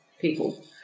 people